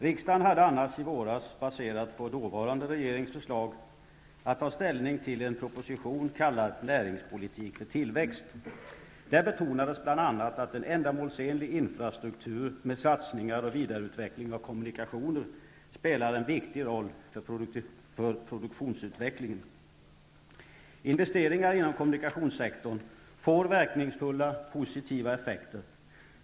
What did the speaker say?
Riksdagen hade annars i våras, baserat på dåvarande regerings förslag, att ta ställning till en proposition kallad Näringspolitik för tillväxt. Där betonades bl.a. att en ändamålsenlig infrastruktur med satsningar och vidareutveckling av kommunikationer spelar en viktig roll för produktionsutvecklingen. Investeringar inom kommunikationssektorn får verkningsfulla, positiva effekter.